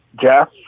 Jeff